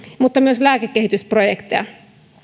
mutta myös lääkekehitysprojekteja